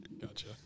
Gotcha